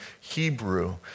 Hebrew